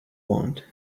want